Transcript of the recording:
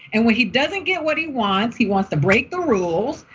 and when he doesn't get what he wants, he wants to break the rules.